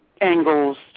angles